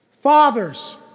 Fathers